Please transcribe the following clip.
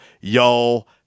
Y'all